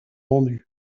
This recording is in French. vendus